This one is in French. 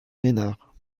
ménard